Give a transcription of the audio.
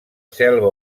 selva